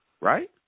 right